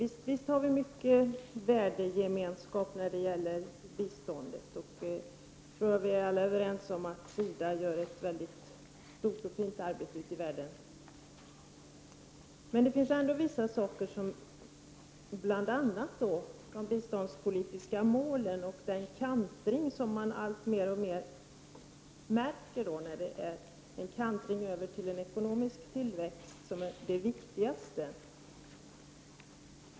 Värdegemenskapen är visserligen stor när det gäller biståndet, och jag tror att vi alla är överens om att SIDA gör ett väldigt gott arbete ute i världen, men man märker ailtmer av en kantring i fråga om bl.a. de biståndspolitiska målen över till en ekonomisk tillväxt, som anses vara det viktigaste.